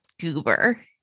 goober